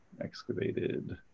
excavated